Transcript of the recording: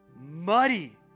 muddy